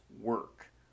work